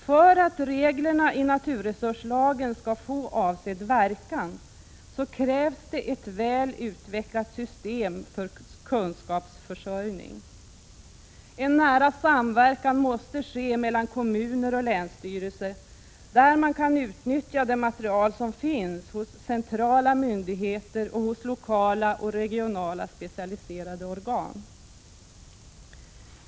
För att reglerna i naturresurslagen skall få avsedd verkan krävs ett väl utvecklat system för kunskapsförsörjning. En nära samverkan måste ske mellan kommuner och länsstyrelse, där man kan utnyttja det material som finns hos centrala myndigheter samt hos lokala och regionala specialiserade organ.